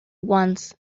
once